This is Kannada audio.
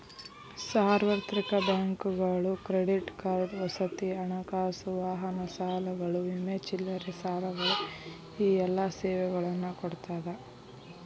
ಸಾರ್ವತ್ರಿಕ ಬ್ಯಾಂಕುಗಳು ಕ್ರೆಡಿಟ್ ಕಾರ್ಡ್ ವಸತಿ ಹಣಕಾಸು ವಾಹನ ಸಾಲಗಳು ವಿಮೆ ಚಿಲ್ಲರೆ ಸಾಲಗಳು ಈ ಎಲ್ಲಾ ಸೇವೆಗಳನ್ನ ಕೊಡ್ತಾದ